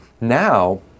Now